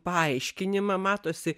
paaiškinimą matosi